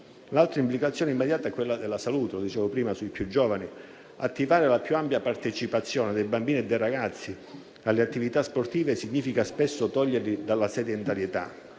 L'altra implicazione immediata è quella sulla salute dei più giovani, come dicevo prima. Attivare la più ampia partecipazione dei bambini e dei ragazzi alle attività sportive significa spesso toglierli dalla sedentarietà.